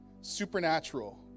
supernatural